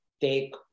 take